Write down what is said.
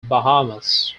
bahamas